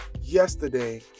yesterday